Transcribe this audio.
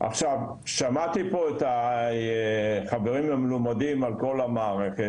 עכשיו שמעתי פה את החברים המלומדים על כל המערכת,